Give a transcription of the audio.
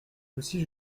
aussi